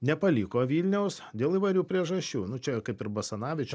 nepaliko vilniaus dėl įvairių priežasčių nu čia kaip ir basanavičių